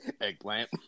Eggplant